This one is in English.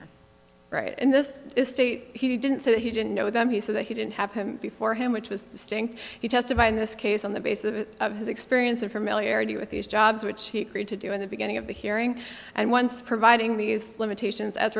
petitioner right in this state he didn't say that he didn't know them he said that he didn't have him before him which was the stink he testified in this case on the basis of his experience of familiarity with these jobs which he created do in the beginning of the hearing and once providing these limitations as